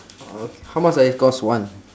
okay how much does it cost one